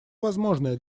возможное